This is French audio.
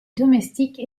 domestique